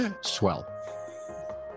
swell